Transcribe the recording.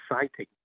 exciting